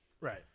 Right